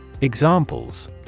Examples